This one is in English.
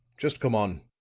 just come on.